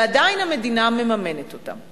ועדיין המדינה מממנת אותם.